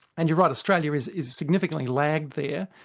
and you're right, australia is is significantly lag there.